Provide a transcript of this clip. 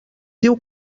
diu